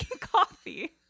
coffee